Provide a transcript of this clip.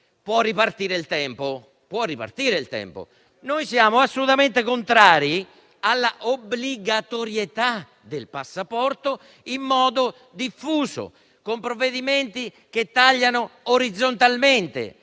Ora può ripartire il tempo. Noi siamo assolutamente contrari all'obbligatorietà del passaporto in modo diffuso, con provvedimenti che tagliano orizzontalmente